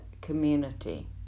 community